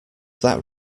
that